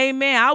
Amen